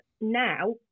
now